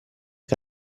che